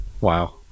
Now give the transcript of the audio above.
Wow